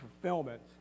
fulfillment